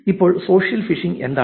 അപ്പോൾ social phishing എന്താണ്